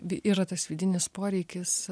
vi yra tas vidinis poreikis